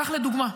כך, לדוגמה,